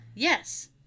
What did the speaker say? Yes